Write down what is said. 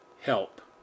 help